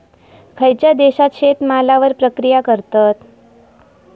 खयच्या देशात शेतमालावर प्रक्रिया करतत?